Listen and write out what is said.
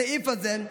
הסעיף הזה,